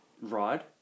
ride